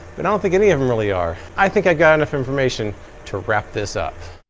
but i don't think any of them really are. i think i've got enough information to wrap this up.